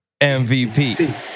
MVP